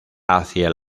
hacia